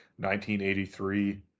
1983